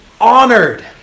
honored